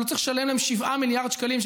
אני לא צריך לשלם להם 7 מיליארד שקלים,